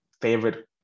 favorite